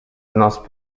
nos